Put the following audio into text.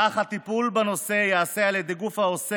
כך, הטיפול בנושא ייעשה על ידי הגוף העוסק